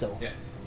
Yes